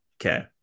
Okay